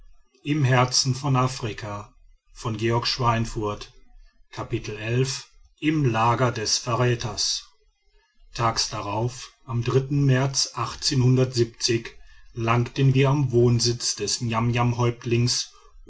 im lager des verräters tags darauf am märz langten wir am wohnsitz des